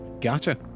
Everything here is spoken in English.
Gotcha